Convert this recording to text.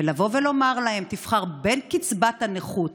ולבוא ולומר להם: תבחר בין קצבת הנכות